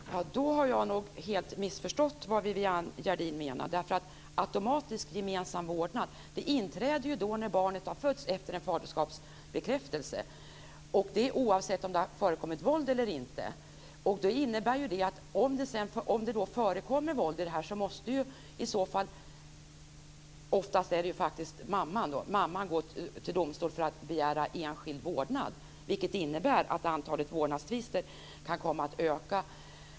Fru talman! Ja, då har jag nog helt missförstått vad Viviann Gerdin menar. Automatisk gemensam vårdnad inträder ju när barnet har fötts, efter en faderskapsbekräftelse, och det oavsett om det har förekommit våld eller inte. Det innebär att om det förekommer våld i det här måste mamman, oftast är det ju faktiskt mamman, gå till domstol för att begära enskild vårdnad. Det innebär att antalet vårdnadstvister kan komma att öka.